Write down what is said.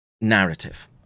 narrative